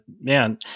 Man